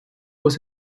was